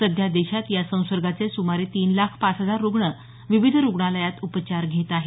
सध्या देशात या संसर्गाचे सुमारे तीन लाख पाच हजार रूग्ण विविध रूग्णालयांत उपचार घेत आहेत